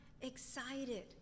excited